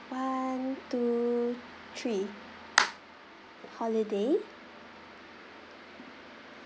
one two three holiday